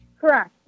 Correct